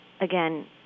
again